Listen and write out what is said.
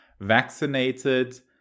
vaccinated